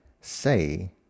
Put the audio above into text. say